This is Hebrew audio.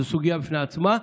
זו סוגיה בפני עצמה.